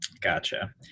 Gotcha